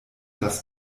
das